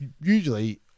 usually